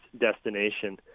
destination